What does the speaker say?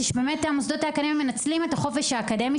המוסדות האקדמיים מנצלים את החופש האקדמי